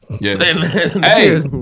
Yes